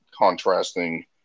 contrasting